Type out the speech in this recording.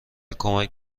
کمک